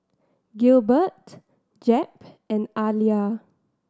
Gilbert Jep and Aaliyah